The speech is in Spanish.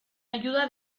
ayuda